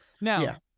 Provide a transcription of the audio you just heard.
now